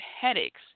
headaches